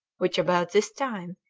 which about this time,